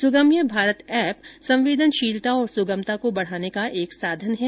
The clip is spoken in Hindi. सुगम्य भारत एप संवेदनशीलता और सुगमता को बढ़ाने का एक साधन है